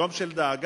יום של דאגה,